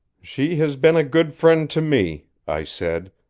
she has been a good friend to me, i said,